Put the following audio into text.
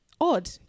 Odd